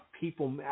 people